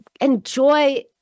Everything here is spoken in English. enjoy